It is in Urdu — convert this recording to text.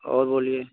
اور بولیے